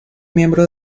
miembro